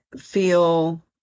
feel